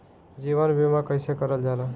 जीवन बीमा कईसे करल जाला?